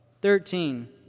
thirteen